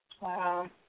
Wow